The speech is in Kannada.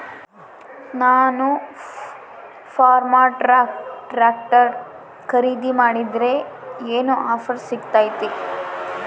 ನಾನು ಫರ್ಮ್ಟ್ರಾಕ್ ಟ್ರಾಕ್ಟರ್ ಖರೇದಿ ಮಾಡಿದ್ರೆ ಏನು ಆಫರ್ ಸಿಗ್ತೈತಿ?